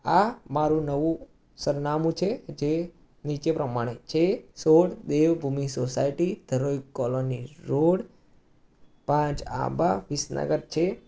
આ મારું નવું સરનામું છે જે નીચે પ્રમાણે છે સોળ Devbhoomi society Dharoi colony road પાંચ આંબા વિસનગર છે